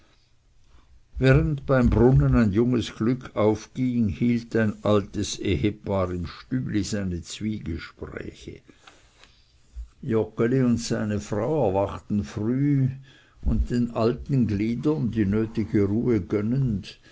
während beim brunnen ein junges glück aufging hielt ein altes ehepaar im stübli seine zwiegespräche joggeli und seine frau erwachten frühe und den alten gliedern die nötige ruhe gönnend